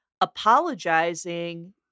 apologizing